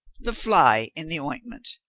the fly in the ointment.